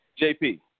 JP